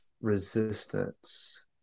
resistance